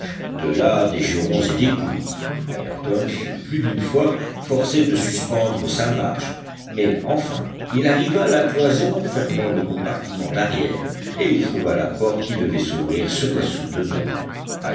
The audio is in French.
de là des jurons et des coups ayrton fut plus d'une fois forcé de suspendre sa marche mais enfin il arriva à la cloison fermant le compartiment d'arrière et il trouva la porte qui devait s'ouvrir sur la soute